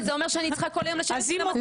אבל זה אומר שאני צריכה כל היום לשבת מול המסך.